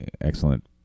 excellent